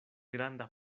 granda